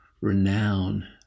renown